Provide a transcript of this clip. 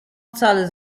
wcale